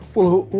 well,